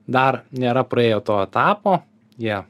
dar nėra praėję to etapo jie